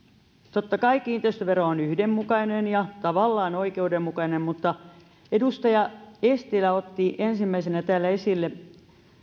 totta kai kiinteistövero on yhdenmukainen ja tavallaan oikeudenmukainen mutta edustaja eestilä otti ensimmäisenä täällä esille